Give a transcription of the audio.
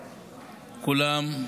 כולם,